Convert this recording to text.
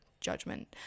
judgment